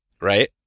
Right